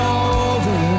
over